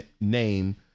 name